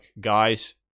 guys